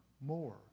more